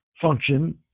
function